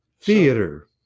Theater